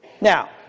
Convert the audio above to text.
Now